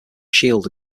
shield